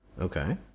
Okay